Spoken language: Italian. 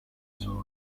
sono